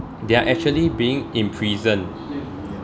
they are actually being in prison